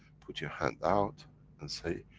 put you hand out and say,